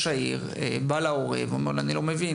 העיר בא להורה ואומר לו: "אני לא מבין,